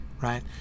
Right